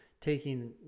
taking